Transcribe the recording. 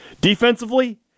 Defensively